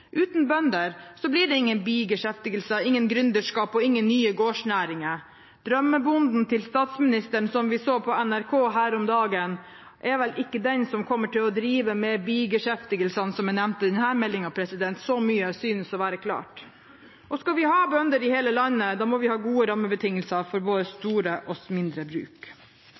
Uten bønder blir det ingen bigeskjefter, ingen gründerskap og ingen nye gårdsnæringer. Drømmebonden til statsministeren, som vi så på NRK her om dagen, er vel ikke den som kommer til å drive med bigeskjeftene som er nevnt i denne meldingen. Så mye synes å være klart. Skal vi ha bønder i hele landet, må vi ha gode rammebetingelser for både store og mindre bruk.